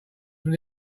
from